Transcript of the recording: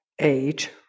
age